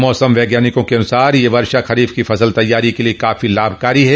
मौसम वैज्ञानिकों के अनुसार यह वर्षा खरीफ की फसल तैयारी के लिये काफी लाभकारी है